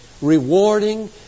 rewarding